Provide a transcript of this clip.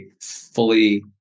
fully